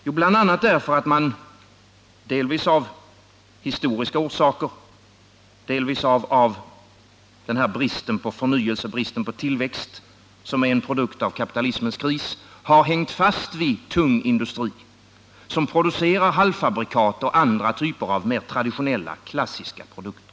Jo, bl.a. därför att man — delvis av historiska orsaker, delvis genom den brist på förnyelse och tillväxt som är en produkt av kapitalismens kris — har hängt fast vid tung industri som producerar halvfabrikat och andra typer av mer traditionella klassiska produkter.